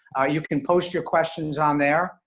you can post your questions on there,